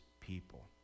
people